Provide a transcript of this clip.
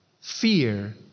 fear